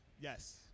Yes